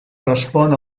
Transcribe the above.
respon